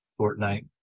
Fortnite